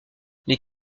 les